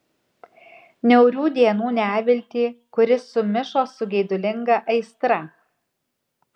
niaurių dienų neviltį kuri sumišo su geidulinga aistra